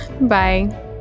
bye